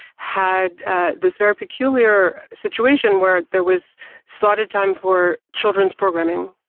had this very peculiar situation where there was slotted time for children's programming.